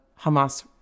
Hamas